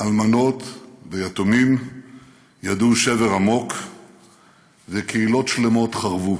אלמנות ויתומים ידעו שבר עמוק וקהילות שלמות חרבו.